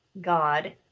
God